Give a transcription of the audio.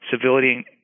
civility